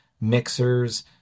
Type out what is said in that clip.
mixers